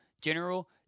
General